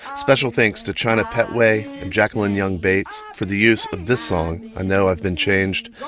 special thanks to china pettway and jacklin young bates for the use of this song, i know i've been changed,